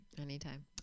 Anytime